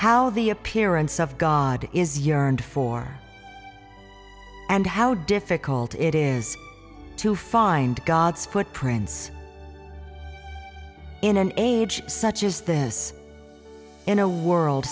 how the appearance of god is yearned for and how difficult it is to find god's footprints in an age such as this in a world